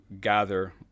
gather